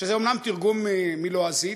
זה אומנם תרגום מלועזית,